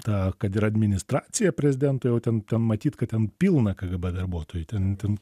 tą kad ir administraciją prezidento jau ten matyt kad ten pilna kgb darbuotojų ten ten